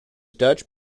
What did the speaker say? dutch